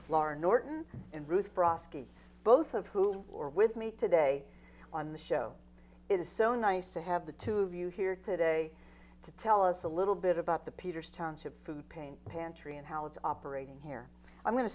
lauren orton and ruth bra ski both of whom or with me today on the show is so nice to have the two of you here today to tell us a little bit about the peters township food pain pantry and how it's operating here i'm going to